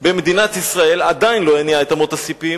במדינת ישראל, עדיין לא הניע את אמות הספים,